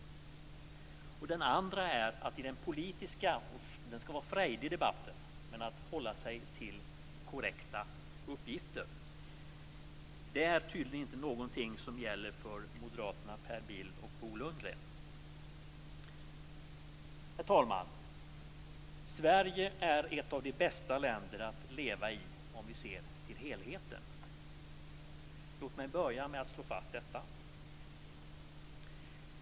Den politiska debatten skall vidare vara frejdig, men man skall hålla sig till korrekta uppgifter. Detta är tydligen inte någonting som gäller för moderaterna Herr talman! Sverige är ett av de bästa länder att leva i, om vi ser till helheten. Låt mig börja med att slå fast detta.